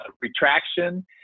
retraction